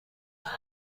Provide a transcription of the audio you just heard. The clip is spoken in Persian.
خاطر